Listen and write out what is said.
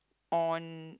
on